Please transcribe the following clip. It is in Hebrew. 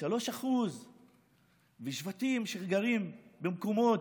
3% לשבטים שגרים במקומות,